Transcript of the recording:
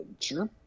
Sure